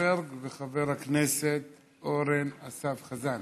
זנדברג וחבר הכנסת אורן אסף חזן